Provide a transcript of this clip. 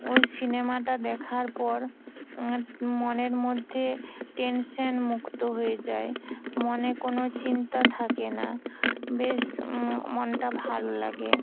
ওই সিনেমাটা দেখার পর মনের মধ্যে টেনশান মুক্ত হয়ে যায় মনে কোনো চিন্তা থাকে না বেশ মমনটা ভালো লাগে